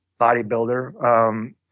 bodybuilder